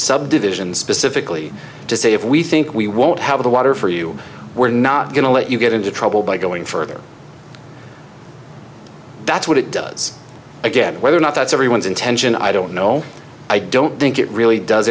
subdivisions specifically to say if we think we won't have the water for you we're not going to let you get into trouble by going further that's what it does again whether or not that's everyone's intention i don't know i don't think it really does